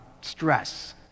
stress